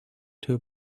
two